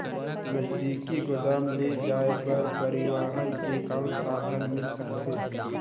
नजदीकी गोदाम ले जाय बर परिवहन के कौन साधन मिल सकथे?